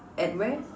at where